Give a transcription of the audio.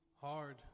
hard